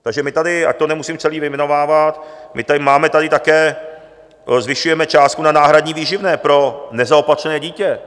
Takže my tady, ať to nemusím celé vyjmenovávat, máme tady také, zvyšujeme částku na náhradní výživné pro nezaopatřené dítě.